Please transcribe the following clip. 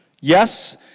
Yes